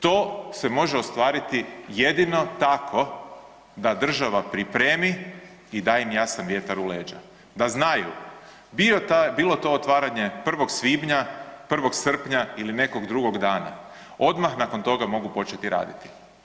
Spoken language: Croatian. To se može ostvariti jedino tako da država pripremi i da im jasan vjetar u leđa da znaju bilo to otvaranje 1. svibnja, 1. srpnja ili nekog drugog dana, odmah nakon toga mogu početi raditi.